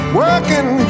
working